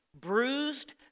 bruised